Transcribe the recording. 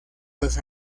los